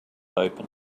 open